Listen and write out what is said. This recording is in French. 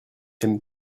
aime